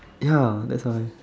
ya that's why